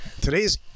Today's